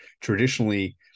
traditionally